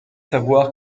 savoir